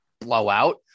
blowout